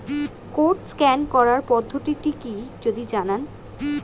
Code scan করার পদ্ধতিটি কি যদি জানান?